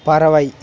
பறவை